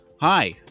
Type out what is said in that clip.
hi